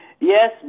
Yes